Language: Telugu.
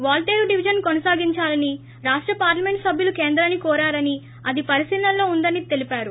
వాల్తేరు డివిజన్ కొనసాగించాలని రాష్ట పార్లమెంట్ సభ్యులు కేంద్రాన్ని కోరారని అది పరిశీలనలో ఉందని చెప్పారు